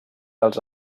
dels